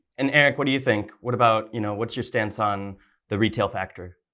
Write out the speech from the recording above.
and eric, what do you think? what about, you know, what's your stance on the retail factor?